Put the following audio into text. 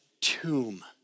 tomb